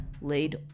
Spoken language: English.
laid